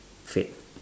fad